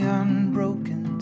unbroken